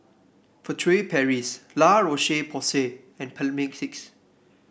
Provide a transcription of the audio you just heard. Furtere Paris La Roche Porsay and Mepilex